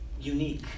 unique